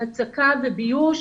הצקה וביוש,